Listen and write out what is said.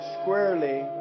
squarely